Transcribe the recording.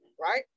right